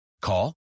Call